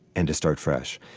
and to start fresh.